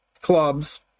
clubs